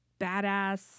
badass